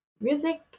music